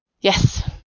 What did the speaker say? Yes